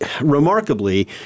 remarkably